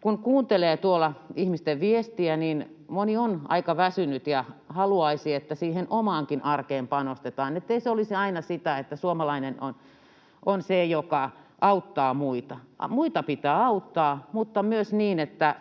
Kun kuuntelee tuolla ihmisten viestiä, niin moni on aika väsynyt ja haluaisi, että siihen omaankin arkeen panostetaan, ettei se olisi aina sitä, että suomalainen on se, joka auttaa muita. Muita pitää auttaa, mutta myös niin, että